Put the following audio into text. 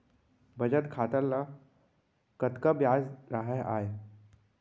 बचत खाता ल कतका ब्याज राहय आय?